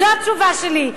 זו התשובה שלי,